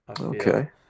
Okay